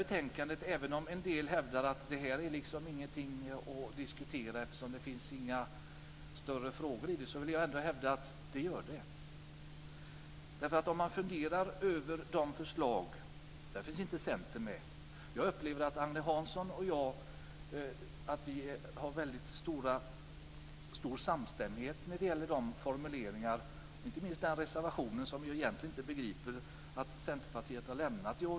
En del hävdar att betänkandet inte är mycket att diskutera eftersom det inte tas upp några större frågor i det, men jag vill ändå hävda att det finns saker att diskutera. Centern finns inte med på vissa förslag, men jag upplever att Agne Hansson och jag har väldigt stor samstämmighet inte minst när det gäller en reservation som jag inte begriper att Centerpartiet har lämnat.